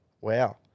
Wow